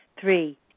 Three